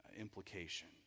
implication